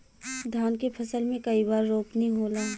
धान के फसल मे कई बार रोपनी होला?